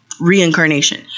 reincarnation